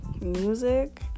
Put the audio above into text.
music